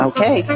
Okay